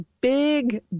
big